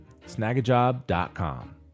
Snagajob.com